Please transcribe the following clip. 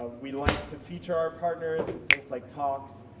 ah we like to feature or partners with things like talks,